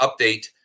update